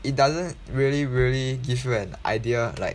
it doesn't really really give you an idea like